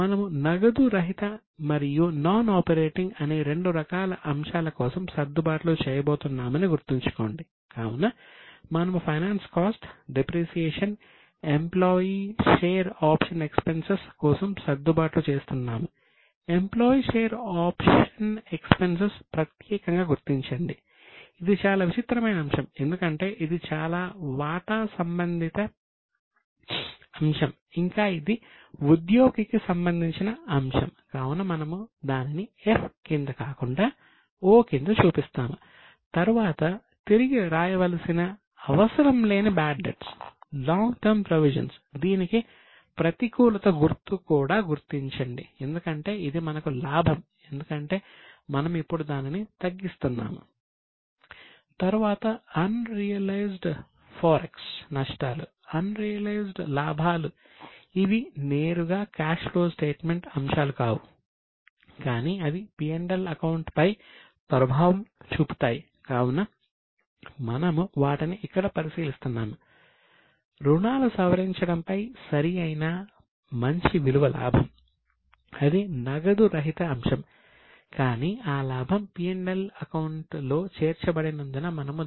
మనము నగదు రహిత మరియు నాన్ ఆపరేటింగ్ గుర్తు కూడా గుర్తించండి ఎందుకంటే ఇది మనకు లాభం ఎందుకంటే మనము ఇప్పుడు దానిని తగ్గిస్తున్నాము